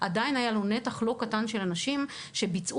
היה לנו נתח לא קטן של אנשים שביצעו